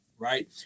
Right